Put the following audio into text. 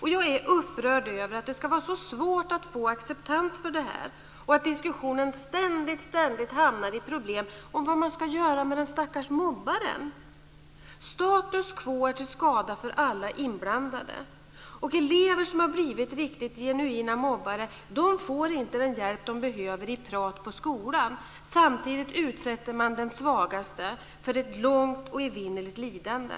Jag är upprörd över att det ska vara så svårt att få acceptans för det här och över att diskussionen ständigt hamnar i problem och i vad man ska göra med den stackars mobbaren. Status quo är till skada för alla inblandade, och elever som har blivit riktigt genuina mobbare får inte den hjälp de behöver genom prat på skolan. Samtidigt utsätter man den svagaste för ett långt och evinnerligt lidande.